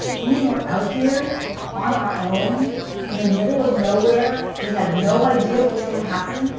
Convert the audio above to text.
you mean we're out here on our own in the middle of nowhere? we have no idea what's going to happen,